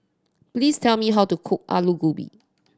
please tell me how to cook Alu Gobi